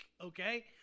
okay